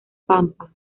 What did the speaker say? pampa